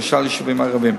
למשל ביישובים ערביים.